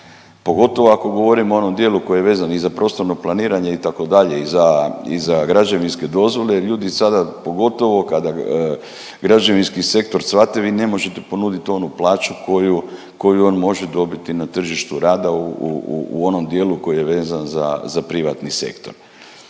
Pogotovo ako govorimo u onom dijelu koji je vezan i za prostorno planiranje, itd. i za građevinske dozvole, ljudi sada, pogotovo kada građevinski sektor cvate, vi ne možete ponudit onu plaću koju on može dobiti na tržištu rada u onom dijelu koji je vezan za privatni sektor,